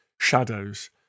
shadows